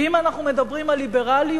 ואם אנחנו מדברים על ליברליות,